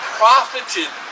profited